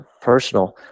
personal